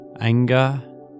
Anger